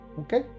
Okay